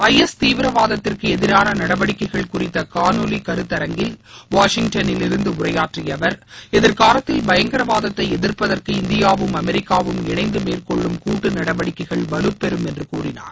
ஐ S தீவிரவாதத்திற்கு எதிரான நடவடிக்கைகள் குறித்த காணொலி கருத்தரங்கில் வாஷிங்கடனில் இருந்து உரையாற்றிய அவர் எதிர்காலத்தில் பயங்கரவாத்தை எதிர்ப்பதற்கு இந்தியாவும் அமெரிக்காவும் இணைந்து மேற்கொள்ளும் கூட்டு நடவடிக்கைகள் வலுப்பெறும் என்று கூறினார்